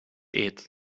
eet